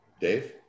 Dave